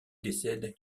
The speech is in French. décède